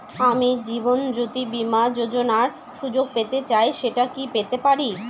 আমি জীবনয্যোতি বীমা যোযোনার সুযোগ পেতে চাই সেটা কি পেতে পারি?